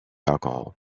alcohol